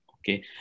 Okay